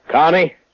Connie